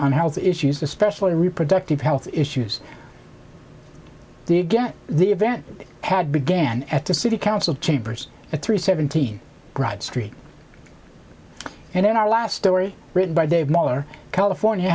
on health issues especially reproductive health issues to get the event had began at the city council chambers at three seventeen broad street and in our last story written by dave mahler california